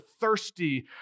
thirsty